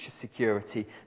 security